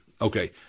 Okay